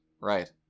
Right